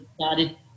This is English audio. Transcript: started